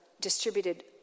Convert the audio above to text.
distributed